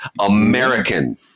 American